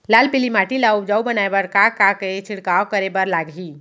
लाल पीली माटी ला उपजाऊ बनाए बर का का के छिड़काव करे बर लागही?